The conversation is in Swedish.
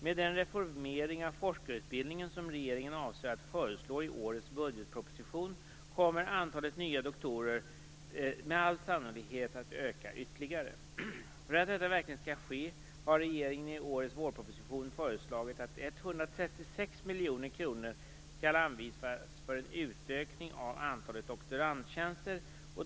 Med den reformering av forskarutbildningen som regeringen avser att föreslå i årets budgetproposition kommer antalet nya doktorer med all sannolikhet att öka ytterligare. För att detta verkligen skall ske har regeringen i årets vårproposition föreslagit att 136 miljoner kronor skall anvisas för en utökning av antalet doktorandtjänster.